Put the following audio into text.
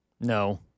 no